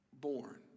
born